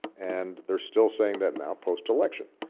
and they're still saying that now post-election,